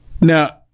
Now